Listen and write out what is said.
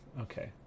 Okay